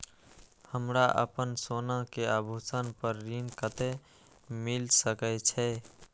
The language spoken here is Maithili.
हमरा अपन सोना के आभूषण पर ऋण कते मिल सके छे?